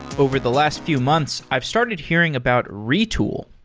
over the last few months, i've started hearing about retool.